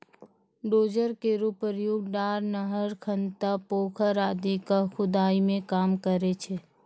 dozer केरो प्रयोग डार, नहर, खनता, पोखर आदि क खुदाई मे काम करै छै